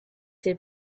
two